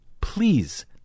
please